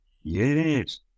Yes